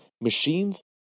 machines